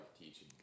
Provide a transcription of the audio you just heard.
teaching